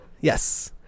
Yes